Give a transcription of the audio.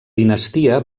dinastia